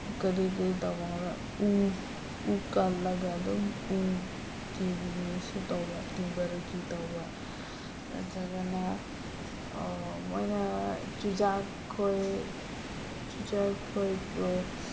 ꯀꯔꯤ ꯀꯔꯤ ꯇꯧꯕꯅꯕꯣꯕ ꯎ ꯎ ꯀꯛꯂꯒ ꯑꯗꯨꯝ ꯎꯒꯤ ꯕꯤꯖꯤꯅꯦꯁꯁꯨ ꯇꯧꯕ ꯇꯤꯝꯕꯔꯒꯤ ꯇꯧꯕ ꯅꯠꯇ꯭ꯔꯒꯅ ꯃꯣꯏꯅ ꯆꯨꯖꯥꯛ ꯑꯩꯈꯣꯏ ꯆꯨꯖꯥꯛ ꯈꯣꯏꯕꯨ